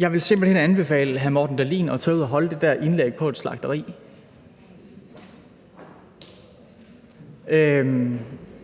Jeg vil simpelt hen anbefale hr. Morten Dahlin at tage ud og holde det der indlæg på et slagteri.